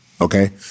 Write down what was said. okay